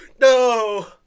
no